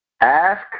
Ask